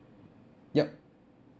yup